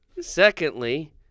Secondly